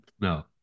no